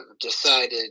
decided